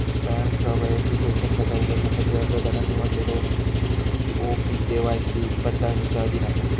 पॅनसह वैयक्तिक पेंशन खाता उघडण्यासाठी अर्जदारान निवडलेलो पी.ओ.पी के.वाय.सी पडताळणीच्या अधीन असा